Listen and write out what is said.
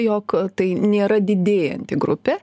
jog tai nėra didėjanti grupė